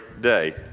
day